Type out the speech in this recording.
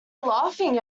laughing